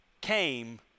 came